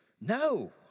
No